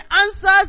answers